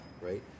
right